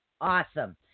Awesome